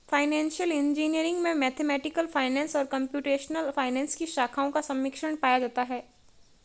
financial engineering में mathematical finance और computational finance की शाखाओं का सम्मिश्रण पाया जाता है